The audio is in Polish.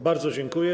Bardzo dziękuję.